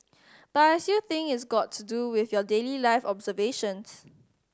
but I still think is got to do with your daily life observations